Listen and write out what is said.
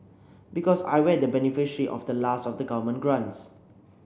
because I the beneficiary of the last of the government grants